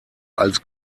als